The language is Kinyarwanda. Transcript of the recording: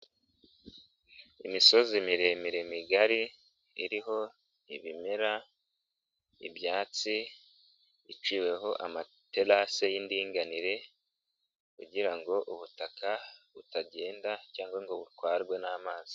Imisozi miremire migari, iriho ibimera, ibyatsi, iciweho amaterase y'indinganire kugira ngo ubutaka butagenda cyangwa ngo butwarwe n'amazi.